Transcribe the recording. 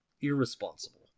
irresponsible